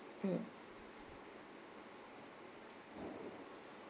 mmhmm